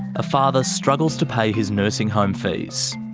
a father struggles to pay his nursing home fees.